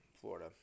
Florida